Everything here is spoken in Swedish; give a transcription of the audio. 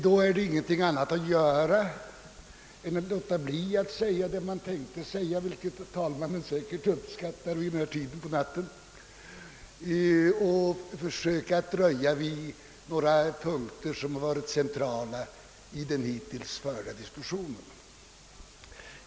Då är det ingenting annat att göra än att låta bli att säga vad man hade tänkt säga, vilket herr talmannen säkert uppskattar vid denna tid på natten, och i stället försöka att något dröja vid en del punkter som varit centrala i den hittills förda diskussionen.